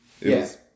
yes